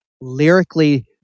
Lyrically